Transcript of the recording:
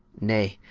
nay,